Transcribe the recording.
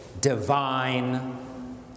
divine